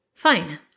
Fine